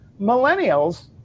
Millennials